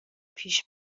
پیش